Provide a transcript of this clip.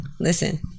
Listen